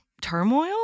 turmoil